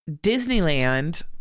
disneyland